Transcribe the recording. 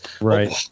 Right